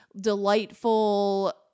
delightful